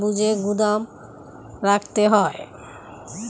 শস্যকে ঠিক মতন চাহিদা বুঝে গুদাম রাখতে হয়